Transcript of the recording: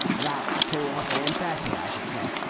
about two or three and thirty, i should say.